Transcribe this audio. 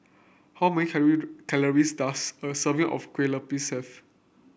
how many calories does a serving of Kueh Lupis have